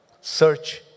Search